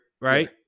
right